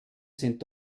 sind